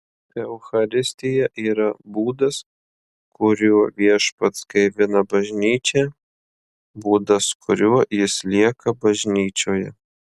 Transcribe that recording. eucharistija yra būdas kuriuo viešpats gaivina bažnyčią būdas kuriuo jis lieka bažnyčioje